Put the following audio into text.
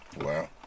Wow